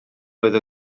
oedd